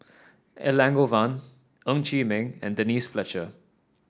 Elangovan Ng Chee Meng and Denise Fletcher